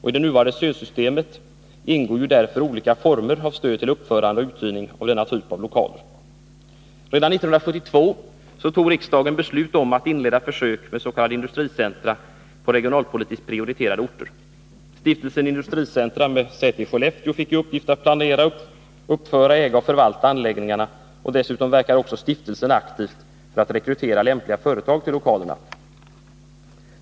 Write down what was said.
I det nuvarande stödsystemet ingår därför olika former av stöd till uppförande och uthyrning av denna typ av lokaler. Redan 1972 tog riksdagen beslut om att inleda försök med s.k. industricentra på regionalpolitiskt prioriterade orter. Stiftelsen Industricentra med säte i Skellefteå fick som uppgift att planera, uppföra, äga och förvalta anläggningarna. Dessutom verkar stiftelsen också aktivt för att rekrytera lämpliga företag till lokalerna.